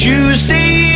Tuesday